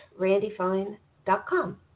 randyfine.com